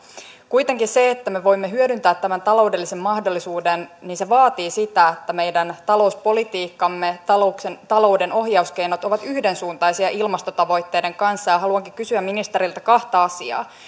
kuitenkin se että me voimme hyödyntää tämän taloudellisen mahdollisuuden vaatii sitä että meidän talouspolitiikkamme talouden talouden ohjauskeinot ovat yhdensuuntaisia ilmastotavoitteiden kanssa haluankin kysyä ministeriltä kahta asiaa